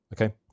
okay